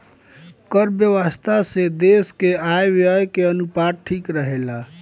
कर व्यवस्था से देस के आय व्यय के अनुपात ठीक रहेला